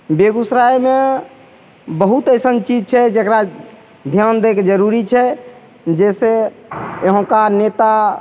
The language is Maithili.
बेगूसरायमे बहुत अइसन चीज छै जकरा धिआन दैके जरूरी छै जइसे यहाँ का नेता